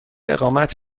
اقامت